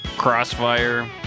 Crossfire